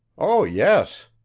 oh, yes,